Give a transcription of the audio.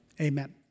Amen